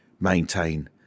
maintain